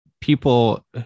people